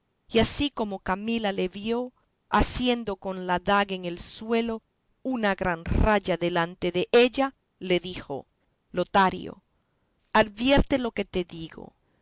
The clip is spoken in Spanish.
y así como camila le vio haciendo con la daga en el suelo una gran raya delante della le dijo lotario advierte lo que te digo